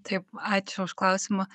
taip ačiū už klausimą